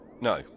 No